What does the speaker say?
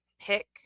pick